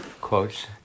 quotes